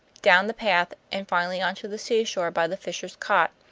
down the path, and finally on to the seashore by the fisher's cot,